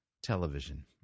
television